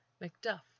Macduff